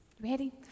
Ready